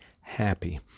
happy